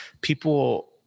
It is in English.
people